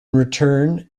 return